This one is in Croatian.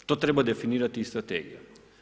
To treba definirati i strategijom.